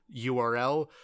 url